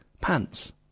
Pants